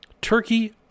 Turkey